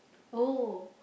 oh